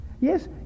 Yes